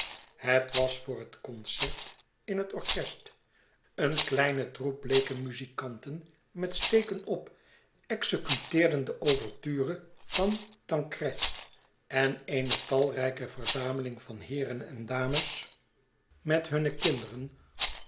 het was voor het concert in het orchest een kleine troep bleeke muzikanten met steken op executeerden de ouverture van tancred en eene talrijke verzameling van heeren en dames sceetsen van boz met hunne kinderen